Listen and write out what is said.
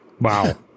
Wow